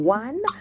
one